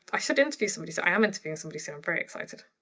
i should interview somebody. so, i am interviewing somebody soon. i'm very excited.